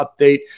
update